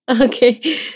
Okay